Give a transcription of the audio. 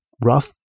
rough